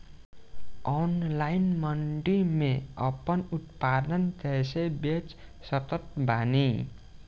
Online मंडी मे आपन उत्पादन कैसे बेच सकत बानी?